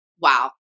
wow